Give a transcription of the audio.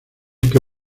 que